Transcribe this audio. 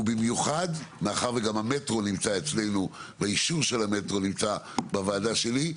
ובמיוחד מאחר וגם המטרו נמצא אצלנו והאישור של המטרו נמצא בוועדה שלי,